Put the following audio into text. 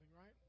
Right